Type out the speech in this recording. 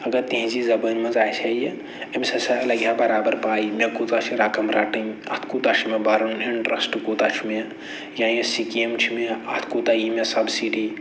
اَگر تِہٕنٛزی زبٲنہِ منٛز آسہِ ہہ یہِ أمِس ہسا لَگہِ ہہ برابر پَے مےٚ کوٗتاہ چھِ رقم رَٹٕنۍ اَتھ کوٗتاہ چھِ مےٚ رَٹُن اِنٹرٛٮ۪سٹ کوٗتاہ چھُ مےٚ یا یہِ سِکیٖم چھِ مےٚ اَتھ کوٗتاہ یی مےٚ سَبسِٹی